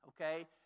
okay